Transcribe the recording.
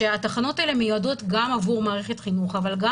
כאשר התחנות האלה מיועדות גם עבור מערכת החינוך אבל גם